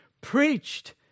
preached